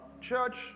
Church